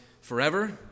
forever